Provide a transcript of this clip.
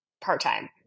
part-time